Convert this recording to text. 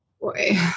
Boy